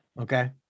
Okay